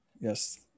Yes